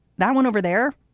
that one over there,